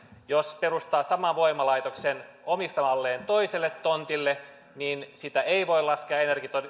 jos perustaa saman voimalaitoksen omistamalleen toiselle tontille niin sitä ei voi laskea